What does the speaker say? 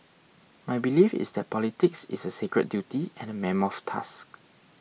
my belief is that politics is a sacred duty and a mammoth task